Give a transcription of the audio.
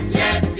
yes